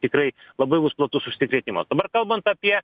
tikrai labai platus užsikrėtimas dabar kalbant apie